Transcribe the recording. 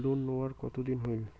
Loan নেওয়ার কতদিন হইল?